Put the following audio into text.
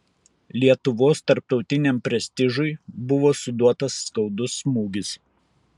lietuvos tarptautiniam prestižui buvo suduotas skaudus smūgis